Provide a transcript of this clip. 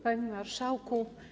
Panie Marszałku!